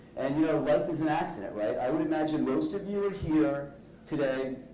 and you know, life is an accident, right i would imagine most of you are here today,